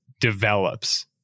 develops